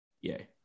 Yay